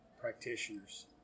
practitioners